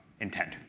intent